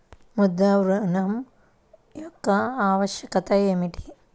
ముద్ర ఋణం యొక్క ఆవశ్యకత ఏమిటీ?